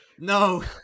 No